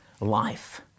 life